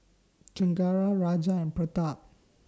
Chengara Raja and Pratap